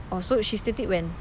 oh so she state it when